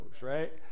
right